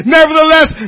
Nevertheless